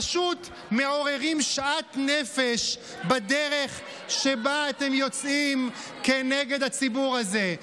פשוט מעוררים שאט נפש בדרך שבה אתם יוצאים כנגד הציבור הזה,